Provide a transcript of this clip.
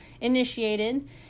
initiated